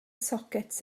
sockets